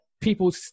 people